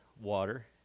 water